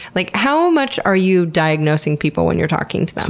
like how much are you diagnosing people when you're talking to them?